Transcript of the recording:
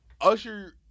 Usher